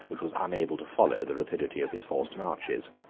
which was unable to follow the rapidity of his forced marches.